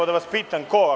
Evo da vas pitam – ko?